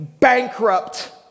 bankrupt